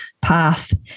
path